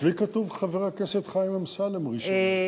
אצלי כתוב חבר הכנסת חיים אמסלם ראשון.